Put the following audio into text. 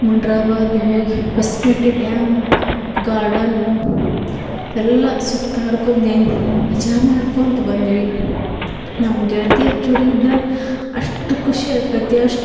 ಮುಂಡ್ರಾಬಾದಿಗೆ ಹೋಗಿ ಹೊಸಪೇಟೆ ಡ್ಯಾಮ್ ನೋಡಿ ಗಾರ್ಡನ್ನು ಎಲ್ಲ ಸುತ್ತಾಡ್ಕೊಂಡೇನ್ ಮಜಾ ಮಾಡ್ಕೊಂತ ಬಂದ್ವಿ ನಮ್ಮ ಗೆಳ್ತಿಯರ ಜೋಡಿ ಇದ್ರೆ ಅಷ್ಟು ಖುಷಿ ಆಕತಿ ಅಷ್ಟು